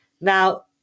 Now